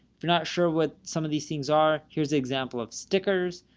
if you're not sure what some of these things are. here's the example of stickers.